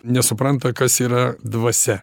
nesupranta kas yra dvasia